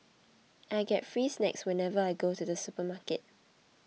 I get free snacks whenever I go to the supermarket